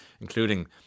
including